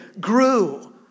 grew